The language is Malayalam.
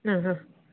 മ്ഹ് മ്